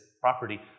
property